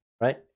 right